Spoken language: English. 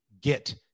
get